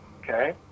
okay